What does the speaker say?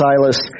Silas